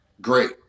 great